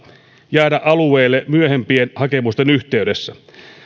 jäädä alueelle myöhempien hakemusten yhteydessä